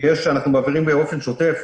שזה מועבר -- ברשותך,